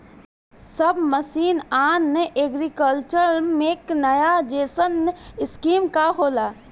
सब मिशन आन agriculture mechanization scheme का होला?